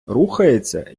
рухається